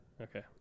Okay